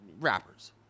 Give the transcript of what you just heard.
rappers